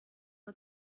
mal